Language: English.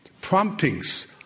promptings